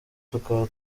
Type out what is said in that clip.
tukaba